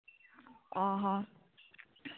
ᱚ ᱦᱚᱸ